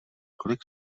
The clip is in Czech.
kolik